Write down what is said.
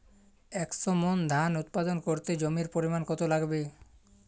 একশো মন ধান উৎপাদন করতে জমির পরিমাণ কত লাগবে?